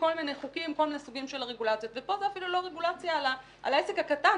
כאן זאת אפילו לא רגולציה על העסק הקטן.